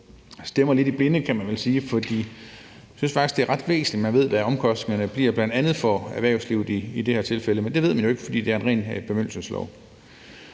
stemmer lidt i blinde, kan man vel sige, for vi synes faktisk, det er ret væsentligt, at man ved, hvad omkostningerne bliver, bl.a. for erhvervslivet i det her tilfælde, men det ved man jo ikke, fordi det er en ren bemyndigelseslov.